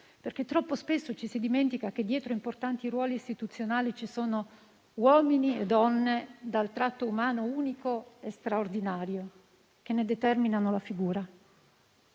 perché troppo spesso ci si dimentica che dietro a importanti ruoli istituzionali ci sono uomini e donne dal tratto umano unico e straordinario che ne determinano la figura.